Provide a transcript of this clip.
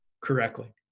Correctly